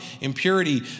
impurity